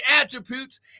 attributes